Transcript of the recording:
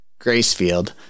Gracefield